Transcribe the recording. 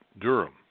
Durham